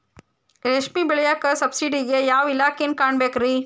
ರೇಷ್ಮಿ ಬೆಳಿಯಾಕ ಸಬ್ಸಿಡಿಗೆ ಯಾವ ಇಲಾಖೆನ ಕಾಣಬೇಕ್ರೇ?